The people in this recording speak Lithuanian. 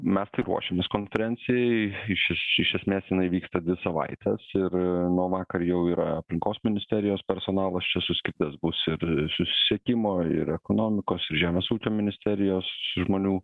mes tai ruošėmės konferencijai iš iš iš esmės jinai vyksta dvi savaites ir nuo vakar jau yra aplinkos ministerijos personalas čia suskridęs bus ir susisiekimo ir ekonomikos ir žemės ūkio ministerijos žmonių